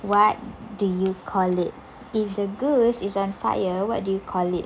what do you call it if the goose is on fire what do you call it